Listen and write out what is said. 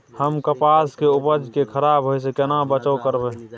हम कपास के उपज के खराब होय से केना बचाव करबै?